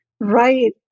Right